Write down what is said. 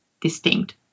distinct